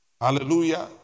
Hallelujah